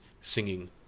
singing